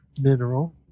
mineral